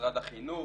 משרד החינוך,